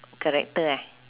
character eh